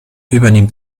übernimmt